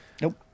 Nope